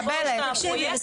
תקשיבי,